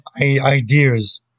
ideas